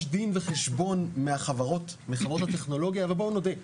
דין וחשבון מחברות הטכנולוגיה ובואו נודה,